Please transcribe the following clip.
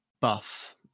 buff